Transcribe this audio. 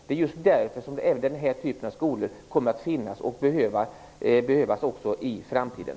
Det är just därför som även den här typen av skolor kommer att finnas och behövas också i framtiden.